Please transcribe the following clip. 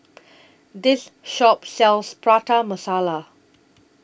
This Shop sells Prata Masala